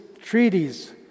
treaties